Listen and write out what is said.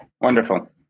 wonderful